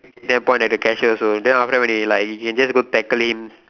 then point at the cashier also then after that when you like you can just tackle him